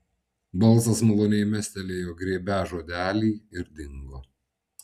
balsas maloniai mestelėjo grėbią žodelį ir dingo